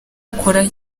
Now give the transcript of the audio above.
akora